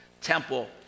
temple